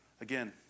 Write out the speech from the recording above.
Again